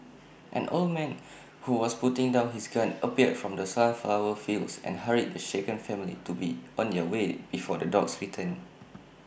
an old man who was putting down his gun appeared from the sunflower fields and hurried the shaken family to be on their way before the dogs return